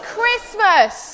Christmas